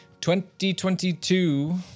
2022